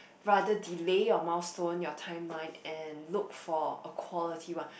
rather delay your milestone your timeline and look for a quality one